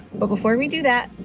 but before we do that,